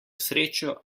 srečo